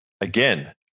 again